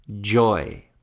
Joy